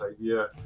idea